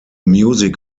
music